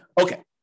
Okay